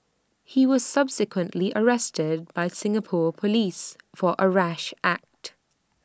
he was subsequently arrested by Singapore Police for A rash act